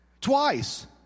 Twice